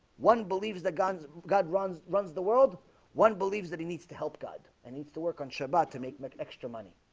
one believes the guns god runs runs the world one believes that he needs to help god and needs to work on shabbat to make much extra money